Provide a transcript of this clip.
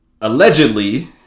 Allegedly